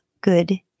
good